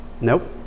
Nope